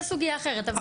זו סוגיה אחרת.